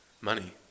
money